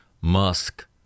Musk